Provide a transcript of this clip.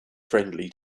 friendly